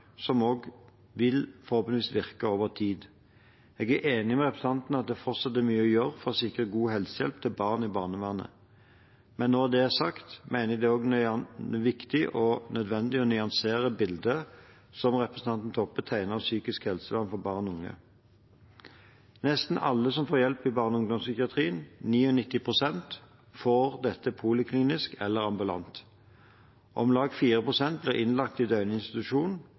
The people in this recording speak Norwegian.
som forhåpentligvis også vil virke over tid. Jeg er enig med representanten i at det fortsatt er mye å gjøre for å sikre god helsehjelp til barn i barnevernet. Men når det er sagt, mener jeg at det er viktig og nødvendig å nyansere bildet som representanten Toppe tegner av psykisk helsevern for barn og unge. Nesten alle som får hjelp i barne- og ungdomspsykiatrien, 99 pst., får dette poliklinisk eller ambulant. Om lag 4 pst. blir innlagt i